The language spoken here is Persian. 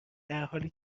درحالی